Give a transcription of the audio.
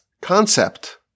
concept